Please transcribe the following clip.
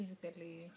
physically